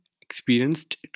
experienced